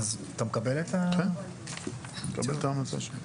אני מקבל את העמדה שלך.